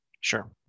Sure